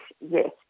yes